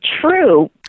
true